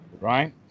Right